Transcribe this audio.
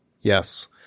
Yes